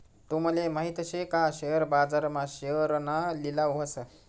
तूमले माहित शे का शेअर बाजार मा शेअरना लिलाव व्हस